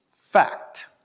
fact